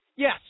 Yes